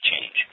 change